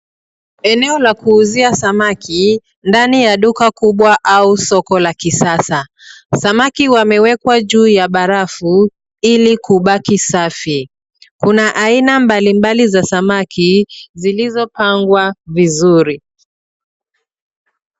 Eneo la kuuzia samaki ndani ya duka kubwa au soko la kisasa. Samaki wamewekwa juu ya barafu, ili kubaki safi. Kuna aina mbalimbali za samaki, zilizopangwa vizuri.